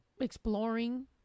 exploring